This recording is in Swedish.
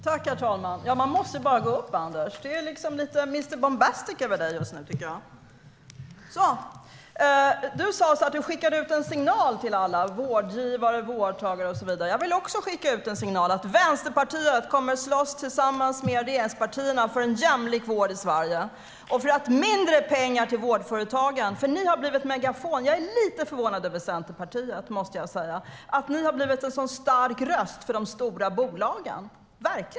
Herr talman! Jag måste bara begära replik, Anders W Jonsson. Det är lite mister Boombastic över dig just nu, tycker jag. Du sa att du skickade ut en signal till alla - vårdgivare, vårdtagare och så vidare. Jag vill också skicka ut en signal, nämligen att Vänsterpartiet, tillsammans med regeringspartierna, kommer att slåss för en jämlik vård i Sverige och för mindre pengar till vårdföretagen. Jag måste säga att jag är lite förvånad över Centerpartiet och att ni har blivit en sådan stark röst för de stora bolagen.